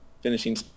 finishing